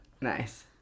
Nice